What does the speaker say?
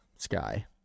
sky